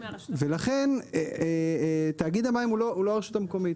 ולכן, תאגיד המים הוא לא הרשות המקומית.